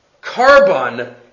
carbon